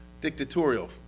dictatorial